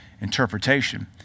interpretation